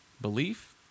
belief